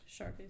Sharpies